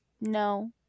no